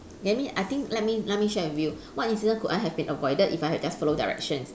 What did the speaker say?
let me I think let me let me share with you what incident could I have been avoided if I had just follow directions